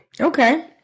Okay